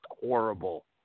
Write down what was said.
horrible